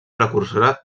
precursora